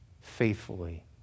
faithfully